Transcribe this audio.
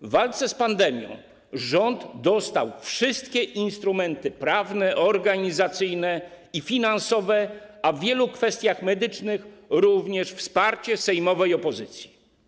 W walce z pandemią rząd dostał wszystkie instrumenty prawne, organizacyjne i finansowe, a w wielu kwestiach medycznych - również wsparcie sejmowej opozycji.